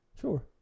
Sure